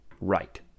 right